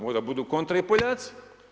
Možda budu kontra i Poljaci.